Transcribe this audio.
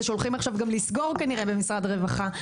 שהולכים עכשיו גם לסגור כנראה במשרד הרווחה,